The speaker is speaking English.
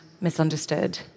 misunderstood